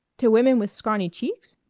to women with scrawny cheeks?